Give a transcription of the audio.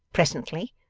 presently.